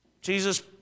Jesus